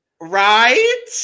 Right